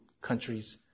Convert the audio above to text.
countries